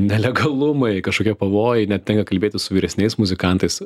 nelegalumai kažkokie pavojai net tenka kalbėtis su vyresniais muzikantais